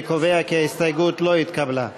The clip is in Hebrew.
אני קובע כי ההסתייגות לא התקבלה.